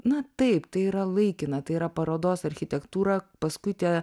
na taip tai yra laikina tai yra parodos architektūra paskui tie